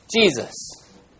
Jesus